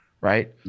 right